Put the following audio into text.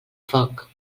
foc